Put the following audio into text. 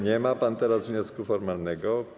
Nie ma teraz wniosku formalnego.